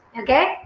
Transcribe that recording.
Okay